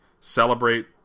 celebrate